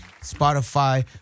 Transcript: Spotify